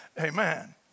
Amen